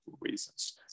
reasons